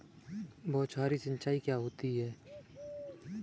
बौछारी सिंचाई क्या होती है?